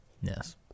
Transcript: yes